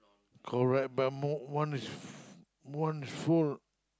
correct but more one is one is four